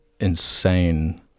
insane